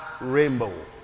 rainbow